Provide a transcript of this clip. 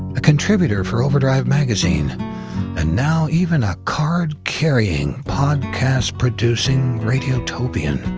a contributor for overdrive magazine and now even a card-carrying, podcast-producing radiotopian.